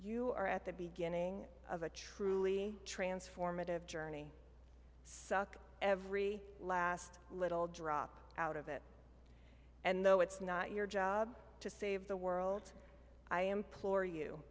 you are at the beginning of a truly transformative journey suck every last little drop out of it and though it's not your job to save the world i implore you